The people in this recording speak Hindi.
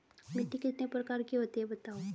मिट्टी कितने प्रकार की होती हैं बताओ?